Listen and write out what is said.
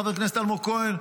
חבר הכנסת אלמוג כהן,